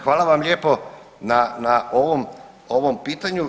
Hvala vam lijepo na ovom pitanju.